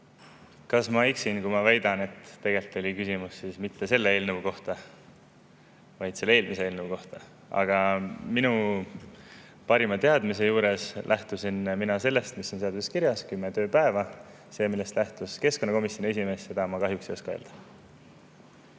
Kas ma eksin, kui ma väidan, et tegelikult polnud küsimus mitte selle eelnõu kohta, vaid oli eelmise eelnõu kohta? Aga oma parima teadmise juures lähtusin mina sellest, mis on seaduses kirjas: kümme tööpäeva. Seda, millest lähtus keskkonnakomisjoni esimees, ma kahjuks ei oska öelda.